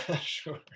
Sure